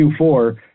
Q4